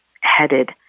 headed